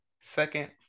Second